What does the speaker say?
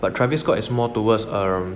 but travis scott is more towards um